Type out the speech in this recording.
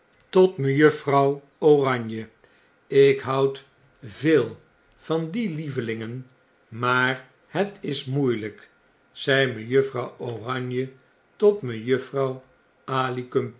tot mejuffrouw oranje jk houd veel van die lievelingen maar het is moeielyk zei mejuffrouw oranje tot mejuffrouw